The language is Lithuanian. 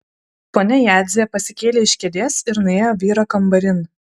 ponia jadzė pasikėlė iš kėdės ir nuėjo vyro kambarin